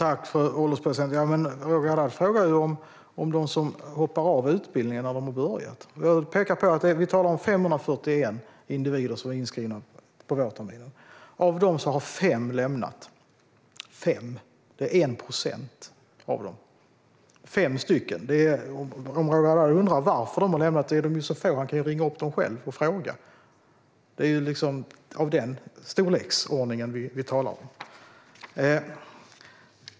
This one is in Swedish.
Fru ålderspresident! Roger Haddad frågade om dem som påbörjar utbildningen och sedan hoppar av. 541 individer var inskrivna i början av vårterminen. Av dem har 5 lämnat utbildningen. Det är 1 procent. Om Roger Haddad undrar varför dessa få personer har lämnat utbildningen kan han ringa upp dem själv och fråga. Det är den storleksordningen vi talar om.